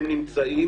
הם נמצאים.